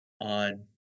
on